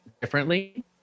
differently